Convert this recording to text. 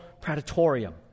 predatorium